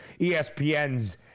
espn's